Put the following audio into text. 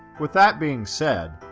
with that being said,